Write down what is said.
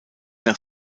nach